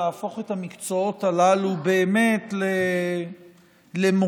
להפוך את המקצועות הללו באמת למוקד,